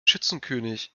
schützenkönig